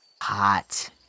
hot